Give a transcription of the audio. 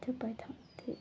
ପାଇଥାନ୍ତି